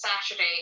Saturday